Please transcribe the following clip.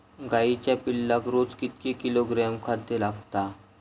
गाईच्या पिल्लाक रोज कितके किलोग्रॅम खाद्य लागता?